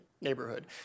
neighborhood